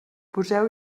poseu